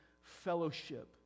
fellowship